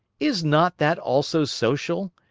is not that also social,